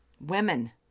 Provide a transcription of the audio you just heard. women